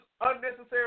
unnecessary